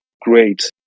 great